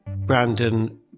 Brandon